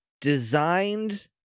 designed